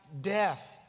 death